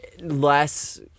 less